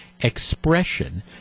expression